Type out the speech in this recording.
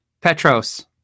Petros